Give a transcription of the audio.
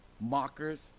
mockers